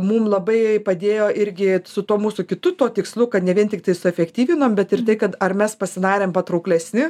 mum labai padėjo irgi su tuo mūsų kitu tuo tikslu kad ne vien tiktai suefektyvinom bet ir tai kad ar mes pasidarėm patrauklesni